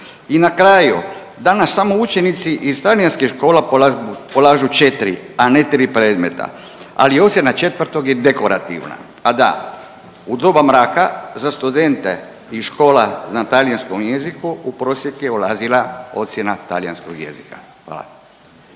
I na kraju, danas samo učenici iz talijanskih škola polažu četri, a ne tri predmeta, ali ocjena četvrtog je dekorativna. A da, u doba mraka za studente i škola na talijanskom jeziku u prosjek je ulazila ocjena talijanskog jezika. Hvala.